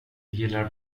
gillar